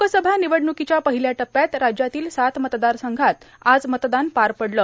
लोकसभा निवडण्कीच्या पहिल्या टप्प्यात राज्यातील सात मतदार संघांत आज मतदान पार पडलं